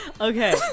Okay